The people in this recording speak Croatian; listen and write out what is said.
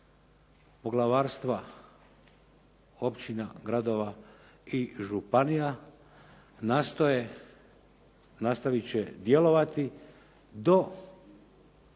poglavarstva općina, gradova i županija nastoje, nastojati će djelovati do